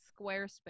squarespace